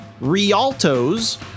Rialto's